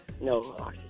No